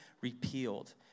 repealed